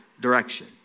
direction